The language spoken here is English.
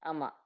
Ama